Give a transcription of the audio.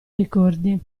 ricordi